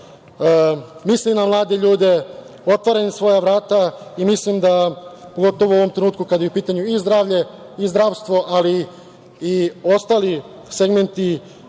misli na mlade ljude, otvara im svoja vrata i mislim, da pogotovo u ovom trenutku kada je u pitanju i zdravlje i zdravstvo, ali ostali segmenti